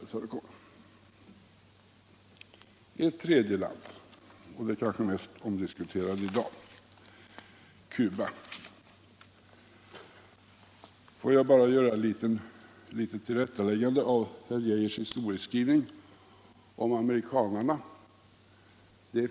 Jag vill också ta upp ett tredje land — det kanske mest omdiskuterade i dag — nämligen Cuba. Låt mig först bara göra ett litet tillrättaläggande av herr Arne Geijers i Stockholm historieskrivning om amerikanarna.